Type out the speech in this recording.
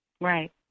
Right